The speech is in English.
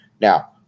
Now